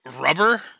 Rubber